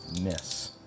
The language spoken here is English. miss